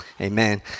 Amen